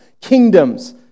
kingdoms